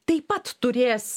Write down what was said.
taip pat turės